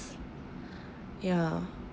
ya